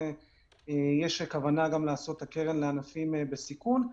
יש כוונה לעשות את הקרן לענפים בסיכון.